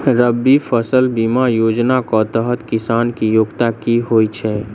रबी फसल बीमा योजना केँ तहत किसान की योग्यता की होइ छै?